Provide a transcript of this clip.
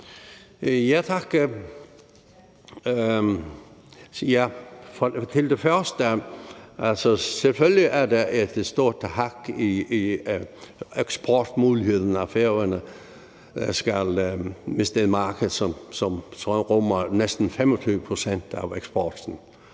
jeg sige, at det selvfølgelig giver et stort hak i eksportmuligheden, at Færøerne skal miste et marked, som rummer næsten 25 pct. af eksporten.